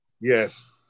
Yes